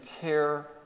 care